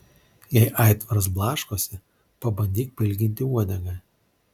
jei aitvaras blaškosi pabandyk pailginti uodegą